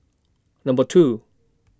Number two